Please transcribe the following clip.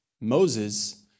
Moses